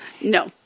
No